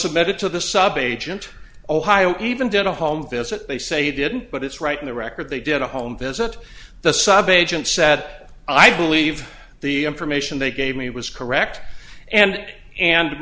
submitted to the subagent ohio even did a home visit they say didn't but it's right in the record they did a home visit the subagent said i believe the information they gave me was correct and and